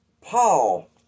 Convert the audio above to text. Paul